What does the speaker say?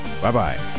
Bye-bye